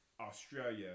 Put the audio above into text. Australia